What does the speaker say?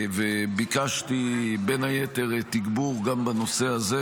וביקשתי בין היתר תגבור גם בנושא הזה,